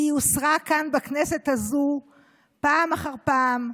והיא הוסרה כאן בכנסת הזו פעם אחר פעם,